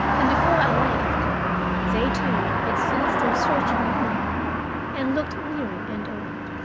and before i left they, too, had ceased their searching of mine and looked weary and old.